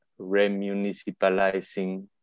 remunicipalizing